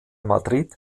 madrid